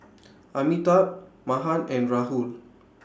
Amitabh Mahan and Rahul